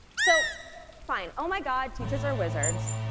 so fine oh my god, teachers are wizards.